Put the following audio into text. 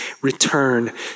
Return